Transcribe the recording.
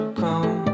come